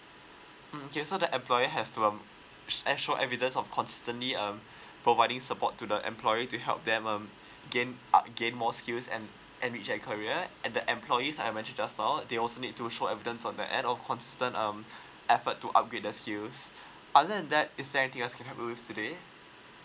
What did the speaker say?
mm okay so the employee have to um show evidence of consistently um providing support to the employee to help them um gain uh gain more skills and and career at and the employees that I mention just now they also need to show evidence on their end of consisten um effort to upgrade their skills other than that is there anything else I can help you with today